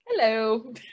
Hello